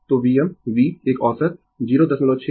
तो Vm V एक औसत 0637 Vm होगा